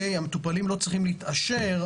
המטופלים לא צריכים להתעשר,